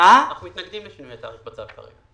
כרגע אנחנו מתנגדים לשינוי התאריך בצו.